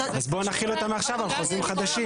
אז בוא נחיל אותו מעכשיו על חוזים חדשים.